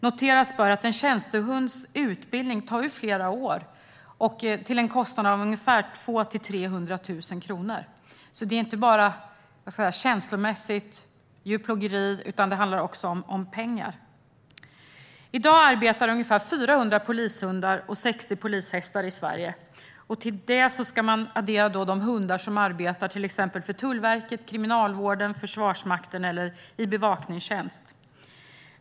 Noteras bör att en tjänstehunds utbildning tar flera år, till en kostnad av 200 000-300 000 kronor. Frågan handlar alltså inte bara om en känslomässig reaktion inför djurplågeri utan också om pengar. I dag arbetar ungefär 400 polishundar och 60 polishästar i Sverige. Till detta ska man addera de hundar som arbetar för till exempel Tullverket, Kriminalvården, Försvarsmakten eller i bevakningstjänst.